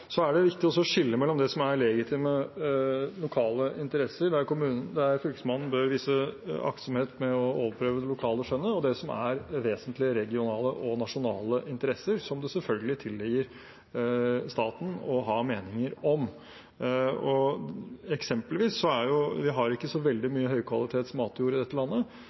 Så er det viktig å skille mellom det som er legitime lokale interesser, der Fylkesmannen bør vise aktsomhet med å overprøve det lokale skjønnet og det som er vesentlige regionale og nasjonale interesser, som det selvfølgelig tilligger staten å ha meninger om. Eksempelvis har vi ikke så veldig mye høykvalitets matjord i dette landet.